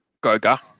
Goga